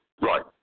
Right